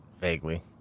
Vaguely